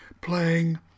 playing